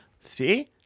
see